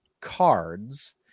cards